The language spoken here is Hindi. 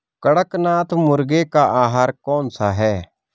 कड़कनाथ मुर्गे का आहार कौन सा है?